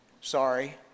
Sorry